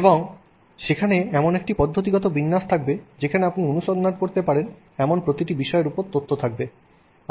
এবং সেখানে এমন একটি পদ্ধতিগত বিন্যাস থাকবে যাতে আপনি অনুসন্ধান করতে পারেন এমন প্রতিটি বিষয়ের উপর তথ্য থাকবে